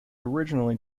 originally